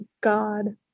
God